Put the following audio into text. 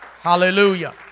Hallelujah